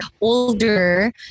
older